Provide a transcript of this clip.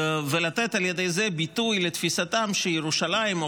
ולתת על ידי זה ביטוי לתפיסתן שירושלים או